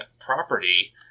property